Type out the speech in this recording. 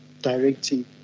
directing